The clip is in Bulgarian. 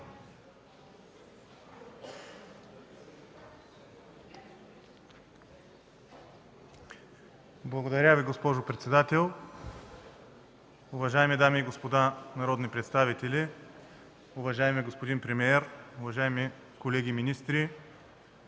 Благодаря Ви, госпожо председател. Уважаеми дами и господа народни представители, уважаеми господин премиер, уважаеми колеги министри,